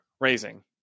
raising